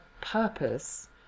purpose